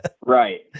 right